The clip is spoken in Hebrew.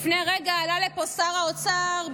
לפני רגע עלה לפה שר האוצר,